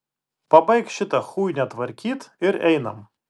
pabaik šitą chuinią tvarkyt ir einam